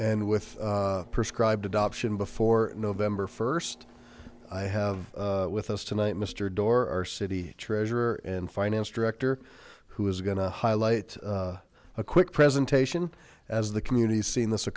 and with prescribed adoption before november st i have with us tonight mr doar our city treasurer and finance director who is gonna highlight a quick presentation as the communities seen this a